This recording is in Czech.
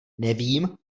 nevím